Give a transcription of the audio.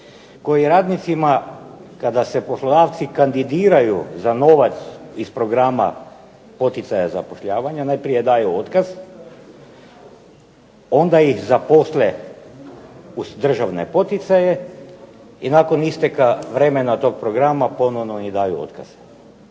koji radnicima kada se poslodavci kandidiraju za novac iz programa poticaja zapošljavanja najprije daju otkaz, onda ih zaposle uz državne poticaje i nakon isteka vremena tog programa ponovno im daju otkaze.